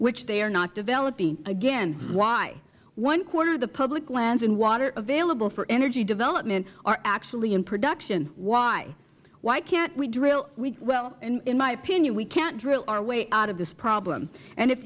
which they are not developing again why one quarter of the public lands and water available for energy development are actually in production why why can't we drill well in my opinion we can't drill our way out of this